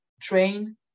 train